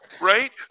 right